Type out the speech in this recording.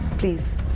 please.